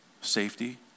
safety